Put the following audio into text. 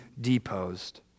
deposed